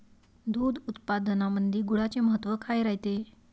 दूध उत्पादनामंदी गुळाचे महत्व काय रायते?